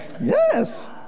Yes